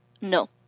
No